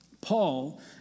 Paul